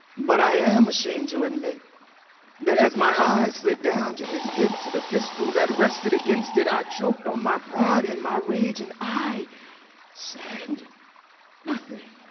but i am ashamed to admit that as my eyes slid down to his hip, to the pistol that rested against it, i choked on my pride in my rage. and i said and nothing.